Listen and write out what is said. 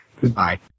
Goodbye